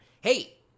Hey